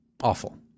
awful